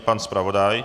Pan zpravodaj?